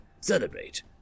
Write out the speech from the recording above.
celebrate